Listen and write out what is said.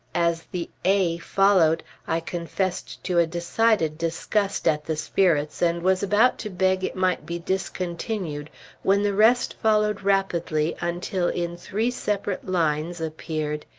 as the a followed, i confess to a decided disgust at the spirits, and was about to beg it might be discontinued when the rest followed rapidly until in three separate lines appeared,